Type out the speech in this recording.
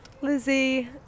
Lizzie